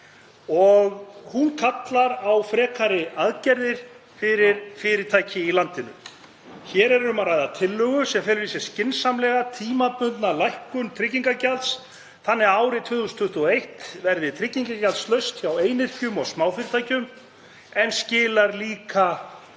og hún kallar á frekari aðgerðir fyrir fyrirtæki í landinu. Hér er um að ræða tillögu sem felur í sér skynsamlega, tímabundna lækkun tryggingagjalds þannig að árið 2021 verði tryggingagjaldslaust hjá einyrkjum og smáfyrirtækjum en skili líka